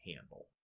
handle